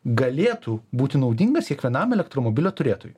galėtų būti naudingas kiekvienam elektromobilio turėtojui